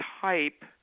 type